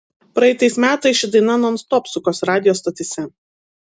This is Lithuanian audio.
praeitais metais ši daina nonstop sukosi radijo stotyse